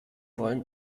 wollen